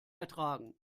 ertragen